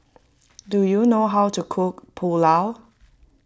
do you know how to cook Pulao